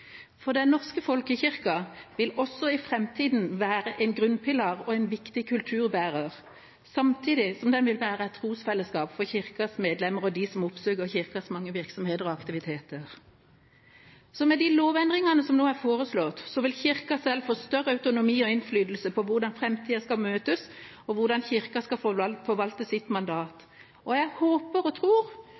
For den norske folkekirka vil også i framtida være en grunnpilar og en viktig kulturbærer, samtidig som den vil være et trosfellesskap for kirkas medlemmer og dem som oppsøker kirkas mange virksomheter og aktiviteter. Med lovendringene som nå er foreslått, vil kirka selv få større autonomi og innflytelse på hvordan framtida skal møtes, og hvordan kirka skal forvalte sitt mandat. Jeg håper og tror